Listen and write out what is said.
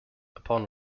upon